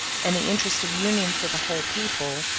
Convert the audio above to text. and the interest of union for the whole people,